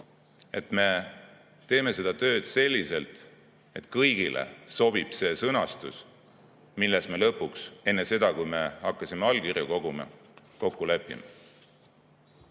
et me teeme seda tööd selliselt, et kõigile sobib see sõnastus, milles me lõpuks enne seda, kui me hakkame allkirju koguma, kokku